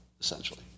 essentially